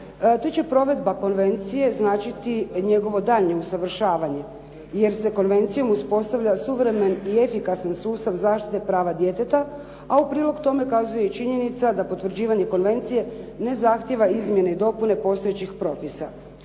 te će provedba konvencije značiti njegovo daljnje usavršavanje. Jer se konvencijom uspostavlja suvremen i efikasan sustav zaštite prava djeteta, a u prilog tome kazuje i činjenica da potvrđivanje konvencije ne zahtjeva izmjene i dopune postojećih propisa.